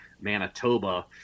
Manitoba